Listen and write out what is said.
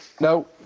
No